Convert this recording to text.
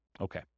Okay